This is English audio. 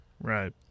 Right